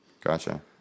Gotcha